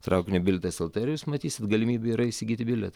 traukinio bilietas lt ir jūs matysit galimybė yra įsigyti biliet